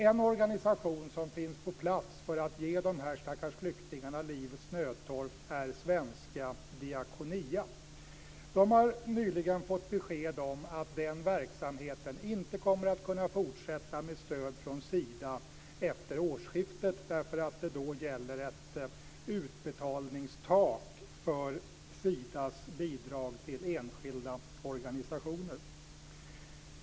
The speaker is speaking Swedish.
En organisation som finns på plats för att ge de här stackars flyktingarna livets nödtorft är svenska Diakonia. De har nyligen fått besked om att deras verksamhet inte kommer att kunna fortsätta med stöd från Sida efter årsskiftet därför att då gäller ett utbetalningstak för Sidas bidrag till enskilda organisationer.